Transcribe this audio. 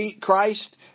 Christ